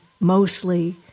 mostly